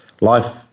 life